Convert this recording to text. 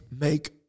make